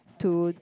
to